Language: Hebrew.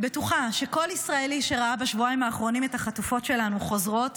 שכל ישראלי שראה בשבועיים האחרונים את החטופות שלנו חוזרות,